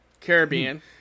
Caribbean